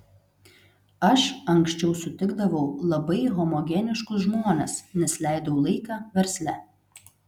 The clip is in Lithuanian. aš anksčiau sutikdavau labai homogeniškus žmones nes leidau laiką versle